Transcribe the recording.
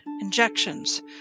injections